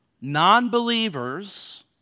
non-believers